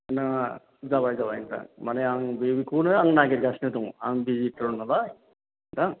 नाङा जाबाय जाबाय नोंथां माने आं बे बेखौनो नागिरगासिनो दङ आं भिजिटरनालाय नोंथां